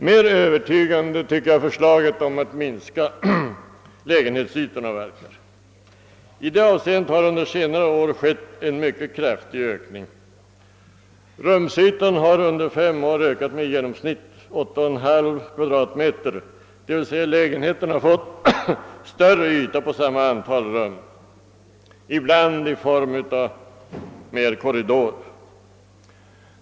Mer övertygande tycker jag att förslaget om att minska lägenhetsytorna verkar. I det avseendet har under senare år skett en mycket kraftig ökning. Rumsytan har under fem år ökat med i genomsnitt 8,5 kvadratmeter — d. v. s. lägenheterna har fått större yta på samma antal rum, ibland i form av mer korridorer.